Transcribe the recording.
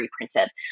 reprinted